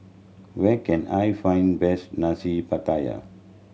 where can I find best Nasi Pattaya